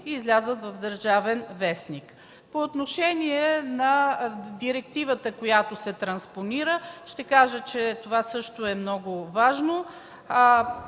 и излязат в „Държавен вестник”. По отношение на директивата, която се транспонира, ще кажа, че това е също много важно.